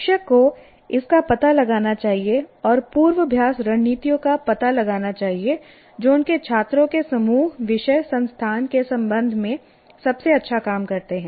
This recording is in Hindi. शिक्षक को इसका पता लगाना चाहिए और पूर्वाभ्यास रणनीतियों का पता लगाना चाहिए जो उनके छात्रों के समूह विषय संस्थान के संबंध में सबसे अच्छा काम करते हैं